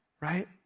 right